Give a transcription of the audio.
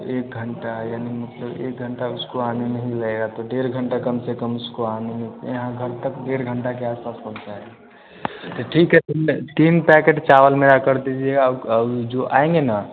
एक घंटा यानी मतलब कि एक घंटा उसको आने में ही लगेगा तो डेढ़ घंटा कम से कम उसको आने में यहाँ घर तक डेढ़ घंटा के आस पास पहुँचाएगा तो ठीक है टिंड तीन पैकेट चावल मेरा कर दीजिए औ और जो आएँगे ना